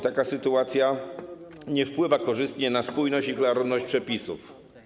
Taka sytuacja nie wpływa korzystnie na spójność i klarowność przepisów.